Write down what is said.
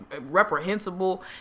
reprehensible